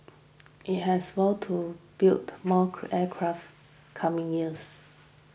it has vowed to build more aircraft coming years